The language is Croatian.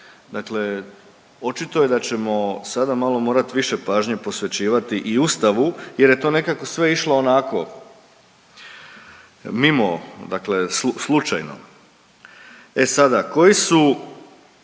Dakle, očito je da ćemo sada malo morat više pažnje posvećivati i Ustavu jer je to nekako sve išlo onako mimo, dakle slučajno. E sada koji su